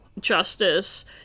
justice